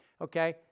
okay